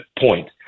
point